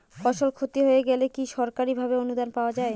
ফসল ক্ষতি হয়ে গেলে কি সরকারি ভাবে অনুদান পাওয়া য়ায়?